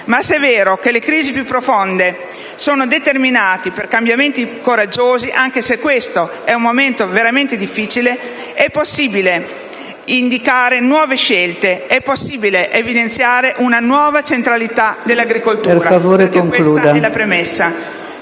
se è vero che le crisi più profonde sono determinanti per cambiamenti coraggiosi, anche se questo è un momento veramente difficile, è possibile indicare nuove scelte, evidenziare una nuova centralità dell'agricoltura e questa ne è la premessa.